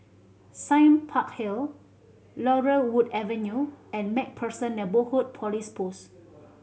Sime Park Hill Laurel Wood Avenue and Macpherson Neighbourhood Police Post